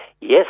Yes